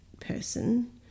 person